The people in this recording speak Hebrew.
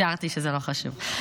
תיארתי שזה לא חשוב.